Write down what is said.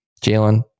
Jalen